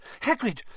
Hagrid